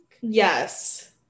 Yes